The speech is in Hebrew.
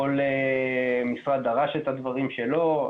כל משרד דרש את הדברים שלו.